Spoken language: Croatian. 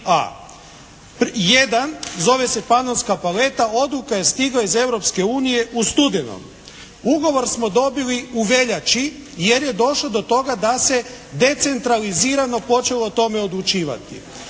Jedan zove se "Panonska paleta", odluka je stigla iz Europske unije u studenom. Ugovor smo dobili u veljači jer je došlo do toga da se decentralizirano počelo o tome odlučivati.